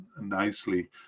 nicely